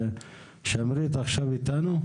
שמרית גולדנברג,